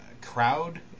crowd